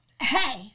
hey